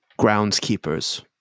groundskeepers